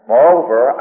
Moreover